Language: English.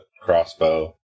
crossbow